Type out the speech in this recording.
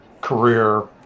career